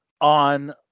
on